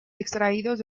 extraídos